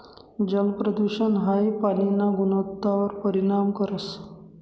जलप्रदूषण हाई पाणीना गुणवत्तावर परिणाम करस